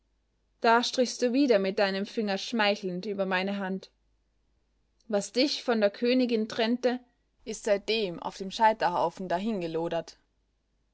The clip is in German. da strichst du wieder mit deinem finger schmeichelnd über meine hand was dich von der königin trennte ist seitdem auf dem scheiterhaufen